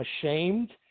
ashamed